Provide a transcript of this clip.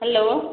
hello